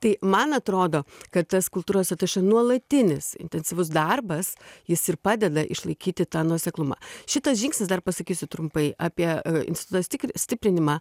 tai man atrodo kad tas kultūros atašė nuolatinis intensyvus darbas jis ir padeda išlaikyti tą nuoseklumą šitas žingsnis dar pasakysiu trumpai apie institutas stiprinimą